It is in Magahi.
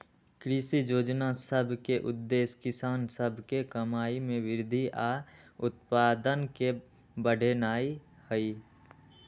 कृषि जोजना सभ के उद्देश्य किसान सभ के कमाइ में वृद्धि आऽ उत्पादन के बढ़ेनाइ हइ